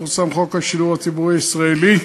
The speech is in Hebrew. פורסם חוק השידור הציבורי הישראלי,